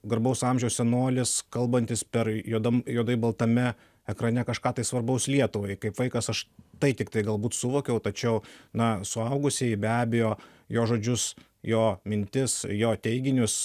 garbaus amžiaus senolis kalbantis per juodam juodai baltame ekrane kažką tai svarbaus lietuvai kaip vaikas aš tai tiktai galbūt suvokiau tačiau na suaugusieji be abejo jo žodžius jo mintis jo teiginius